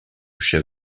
chef